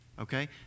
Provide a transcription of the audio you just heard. Okay